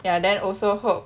ya then also hope